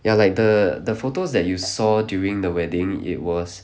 ya like the the photos that you saw during the wedding it was